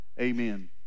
amen